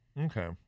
Okay